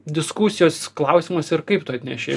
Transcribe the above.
diskusijos klausimas ir kaip tu atnešei